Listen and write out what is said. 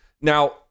now